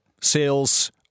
sales